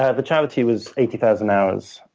ah the charity was eighty thousand hours.